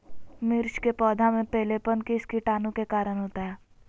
मिर्च के पौधे में पिलेपन किस कीटाणु के कारण होता है?